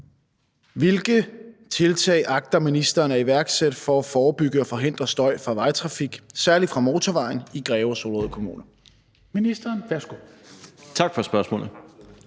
Hvilke tiltag agter ministeren at iværksætte for at forebygge og forhindre støj fra vejtrafik – særlig fra motorvejen – i Greve og Solrød Kommuner? Tredje næstformand